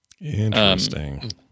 interesting